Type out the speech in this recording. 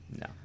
No